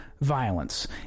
violence